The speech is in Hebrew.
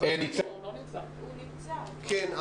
אין שום סיבה שלא נשבץ מורים במידה ואנחנו יכולים,